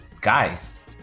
Guys